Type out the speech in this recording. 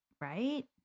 right